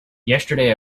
yesterday